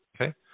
Okay